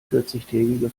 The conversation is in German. vierzigtägige